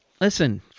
Listen